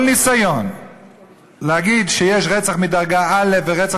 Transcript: כל ניסיון להגיד שיש רצח מדרגה א' ורצח